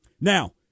Now